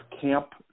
camp